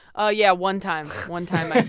oh, yeah, one time. one time i